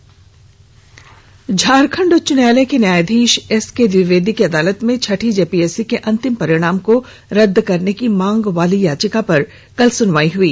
छठी JPSC Jharkhand उच्च न्यायालय के न्यायाधीश एसके द्विवेदी की अदालत में छठी जेपीएससी के अंतिम परिणाम को रद्द करने की मांग वाली याचिका पर कल सुनवाई हुई